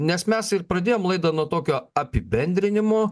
nes mes ir pradėjom laidą nuo tokio apibendrinimo